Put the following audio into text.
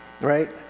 right